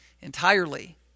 entirely